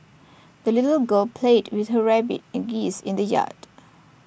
the little girl played with her rabbit and geese in the yard